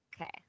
okay